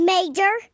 Major